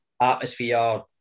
atmosphere